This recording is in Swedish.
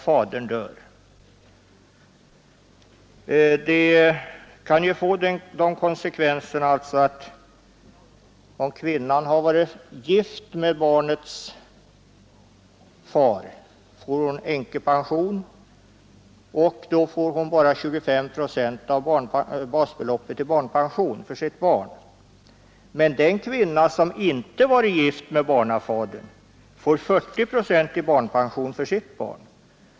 Förslaget kan få till konsekvens att om kvinnan varit gift med barnets far får hon änkepension men bara 25 procent av basbeloppet i barnpension för sitt barn. Den kvinna som inte varit gift med barnafadern får däremot 40 procent av basbeloppet i barnpension för sitt barn.